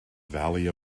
valley